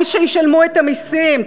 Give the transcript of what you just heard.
הם שישלמו את המסים.